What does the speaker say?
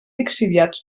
lixiviats